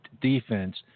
defense